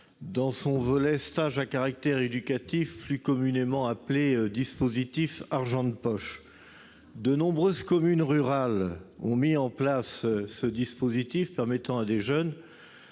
dans son volet de stage à caractère éducatif, plus communément appelé « dispositif Argent de poche ». De nombreuses communes rurales ont mis en place ce dispositif permettant à des jeunes